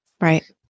Right